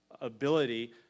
ability